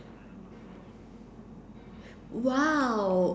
!wow!